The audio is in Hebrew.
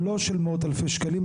לא של מאות אלפי שקלים,